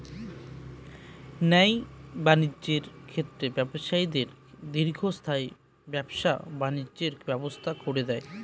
ন্যায় বাণিজ্যের ক্ষেত্রে ব্যবসায়ীদের দীর্ঘস্থায়ী ব্যবসা বাণিজ্যের ব্যবস্থা করে দেয়